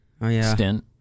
stint